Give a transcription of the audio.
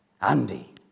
Andy